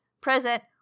present